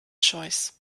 choice